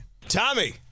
Tommy